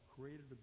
created